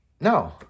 no